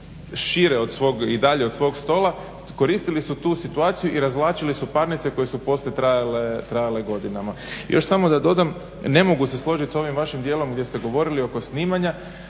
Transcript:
šire od i dalje od svog stola, koristili su tu situaciju i razvlačili su parnice koje su poslije trajale godinama. Još samo da dodam, ne mogu se složiti sa ovim vašim dijelom gdje ste govorili oko snimanja,